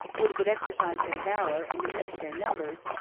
which would exercise their valor, and diminish their numbers,